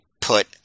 put